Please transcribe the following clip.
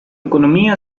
economía